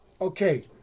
Okay